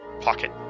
pocket